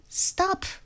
Stop